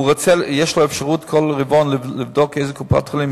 יש לו אפשרות בכל רבעון לבדוק איזו קופת-חולים,